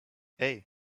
hey